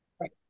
Right